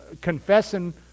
confessing